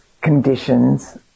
conditions